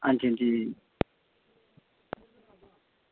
आं जी आं जी